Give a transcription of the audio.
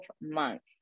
months